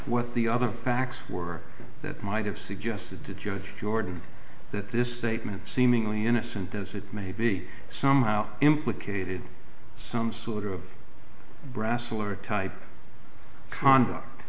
what the other tracks were that might have suggested to judge jordan that this statement seemingly innocent as it may be somehow implicated some sort of brasil or type of conduct